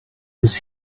was